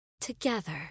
Together